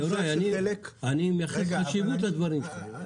יוראי, אני מייחס חשיבות לדברים שלך.